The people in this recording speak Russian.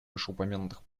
вышеупомянутых